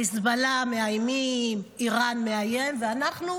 חיזבאללה מאיימים, איראן מאיימת, ואנחנו?